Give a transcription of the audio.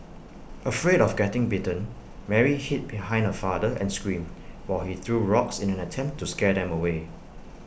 afraid of getting bitten Mary hid behind her father and screamed while he threw rocks in an attempt to scare them away